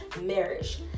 marriage